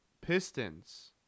Pistons